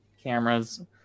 cameras